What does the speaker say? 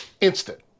instant